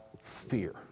fear